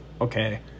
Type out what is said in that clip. okay